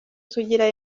sugira